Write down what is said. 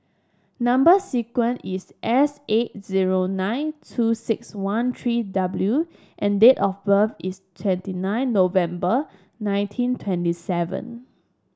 number sequence is S eight zero nine two six one three W and date of birth is twenty nine November nineteen twenty seven